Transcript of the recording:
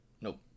nope